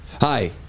Hi